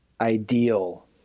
ideal